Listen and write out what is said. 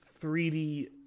3D